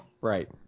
Right